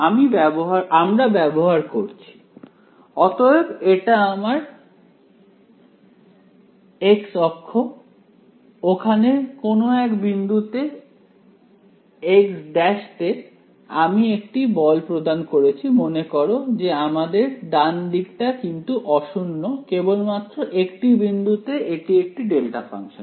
আমরা ব্যবহার করছি অতএব এটি আমার x অক্ষ ওখানে কোন এক বিন্দু x' তে আমি একটি বল প্রদান করেছি মনে করো যে আমাদের ডান দিকটা কিন্তু অশূন্য কেবলমাত্র একটি বিন্দুতে এটি একটি ডেল্টা ফাংশন